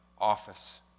office